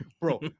bro